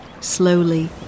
slowly